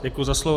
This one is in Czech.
Děkuji za slovo.